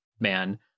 man